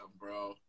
bro